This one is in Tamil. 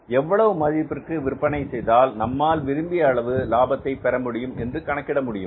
எவ்வளவு மதிப்பிற்கு விற்பனை செய்தால் நம்மால் விரும்பிய அளவு லாபத்தை பெற முடியும் என்று கணக்கிட முடியும்